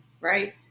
right